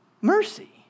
mercy